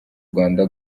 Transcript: rwanda